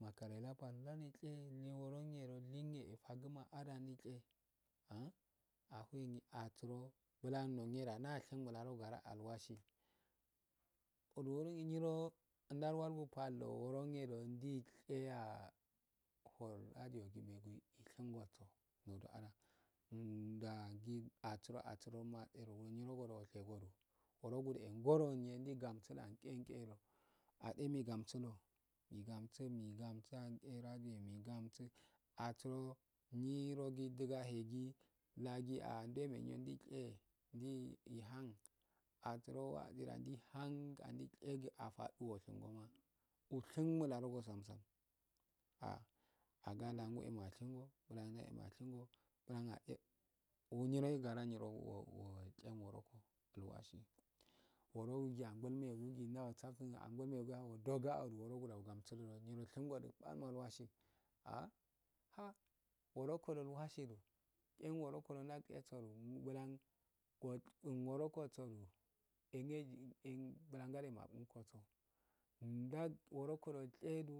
makarina pal nda neche negne lingue faguna pal ah ahurenge atsuro blannugne da ndashingodu garaa alwasi nyiro ndawaldo kaldou wurongedo ndicheya nadaigingoso nodoa ndagi atsuro atsuroma nyingogo oshego wurogudu la nyiro ndaigumsudua ngengedo ademgansulo yigamsulo migamsulandela migaa ustun atsuro nyirogil digihegi lagii ndwe nugula dehahegi ndwe meguyo lenciya ndai ihan atsuro agudandi haan andechugu afa dewo ushingu mukrogolamsam ah agadaemashingu bulanda ehmashingo blanae wunjira yegu uwu aso ngulmegu dai wusa fto angul megu udo gaiodu nan gulaugamsugul nyirol hingudu fal malwasi ah ha nyiroku dolwaridu enwurokun dayeso bulan awurokoso bulangade mandum koso wuro kodushedu